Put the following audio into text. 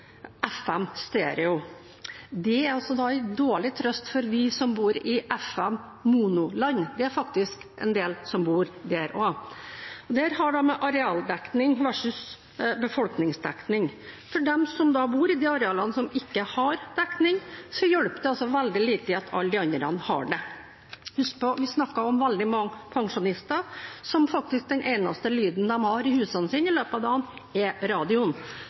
FM stereo. Det er altså en dårlig trøst for oss som bor i FM mono-land. Det er faktisk en del som bor der også. Man har arealdekning versus befolkningsdekning. For dem som bor i de arealene som ikke har dekning, hjelper det altså veldig lite at alle de andre har dekning. Husk på at vi snakker om veldig mange pensjonister, og den eneste lyden de har i huset i løpet av dagen, er faktisk radio.